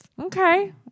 Okay